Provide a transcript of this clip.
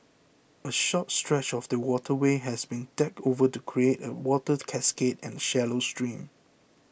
a short stretch of the waterway has been decked over to create a water cascade and a shallow stream